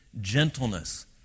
gentleness